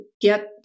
get